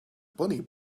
bunny